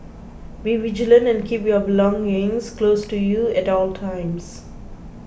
be vigilant and keep your belongings close to you at all times